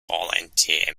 volunteer